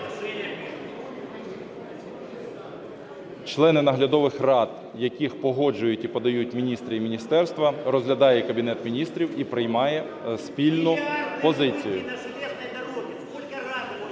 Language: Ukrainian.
Члени наглядових рад, яких погоджують і подають міністри і міністерства розглядає Кабінет Міністрів і приймає спільну позицію.